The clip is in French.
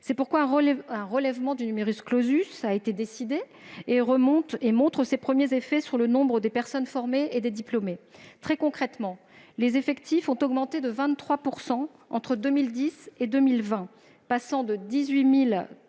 C'est ainsi qu'un relèvement du a été décidé, qui montre ses premiers effets sur le nombre des personnes formées et des diplômés. Très concrètement, les effectifs ont augmenté de 23 % entre 2010 et 2020, passant de 18 835